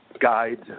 guide